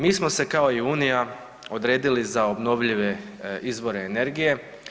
Mi smo se kao i unija odredili za obnovljive izvore energije.